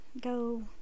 go